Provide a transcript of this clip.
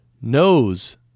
Knows